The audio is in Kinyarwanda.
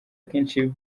kenshi